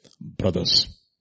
Brothers